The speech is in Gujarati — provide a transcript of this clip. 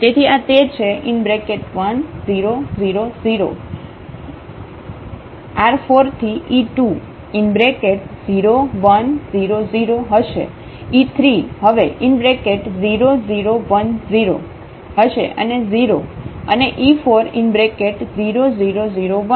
તેથી આ તે છે 1 0 0 0 R4 થીe2 0 1 0 0 હશે e3 હવે 0 0 1 0 હશે અને 0 અને e4 0 0 0 1 હશે